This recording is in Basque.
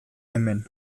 hemen